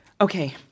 Okay